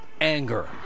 anger